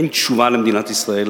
אין תשובה למדינת ישראל